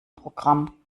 programm